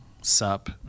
Sup